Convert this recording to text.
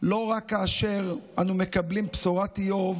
לא רק כאשר אנו מקבלים בשורת איוב